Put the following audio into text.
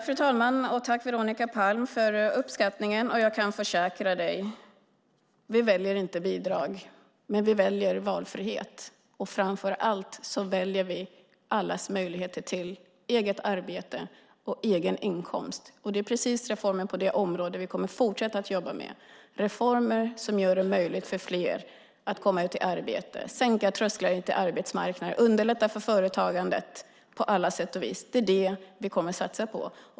Fru talman! Tack, Veronica Palm, för den uppskattningen! Jag kan försäkra dig: Vi väljer inte bidrag, men vi väljer valfrihet. Framför allt väljer vi allas möjlighet till eget arbete och egen inkomst. Det är reformer på det området som vi kommer att fortsätta att jobba med, reformer som gör det möjligt för fler att komma ut i arbete, reformer för att sänka trösklar till arbetsmarknaden och att underlätta för företagandet på alla sätt och vis. Det är det vi kommer att satsa på.